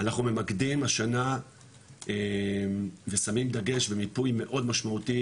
אנחנו ממקדים השנה ושמים דגש ומיפוי מאוד משמעותי,